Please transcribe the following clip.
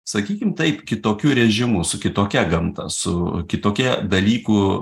sakykim taip kitokiu režimu su kitokia gamta su kitokia dalykų